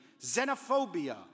xenophobia